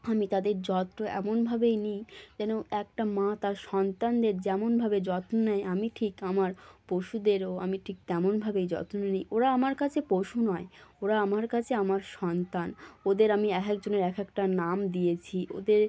আমি তাদের যত্ন এমনভাবেই নিই যেন একটা মা তার সন্তানদের যেমনভাবে যত্ন নেয় আমি ঠিক আমার পশুদেরও আমি ঠিক তেমনভাবেই যত্ন নিই ওরা আমার কাছে পশু নয় ওরা আমার কাছে আমার সন্তান ওদের আমি এক একজনের এক একটা নাম দিয়েছি ওদের